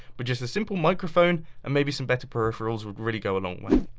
but just a simple microphone and maybe some better peripherals would really go along with it.